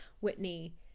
Whitney